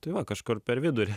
tai va kažkur per vidurį